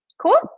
Cool